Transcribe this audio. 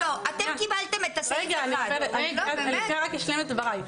אני רוצה להשלים את דבריי.